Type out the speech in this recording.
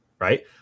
right